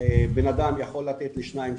בן אדם יכול לתת לשניים,